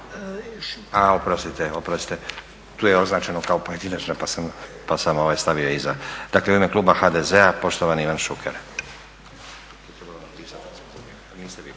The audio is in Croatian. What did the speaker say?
A oprostite, oprostite tu je označeno kao pojedinačna pa sam stavio iza. Dakle, u ime kluba HDZ-a poštovani Ivan Šuker.